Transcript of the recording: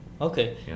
Okay